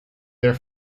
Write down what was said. there